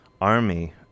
army